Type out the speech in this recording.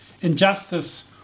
injustice